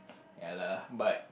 ya lah but